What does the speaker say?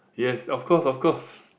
yes of course of course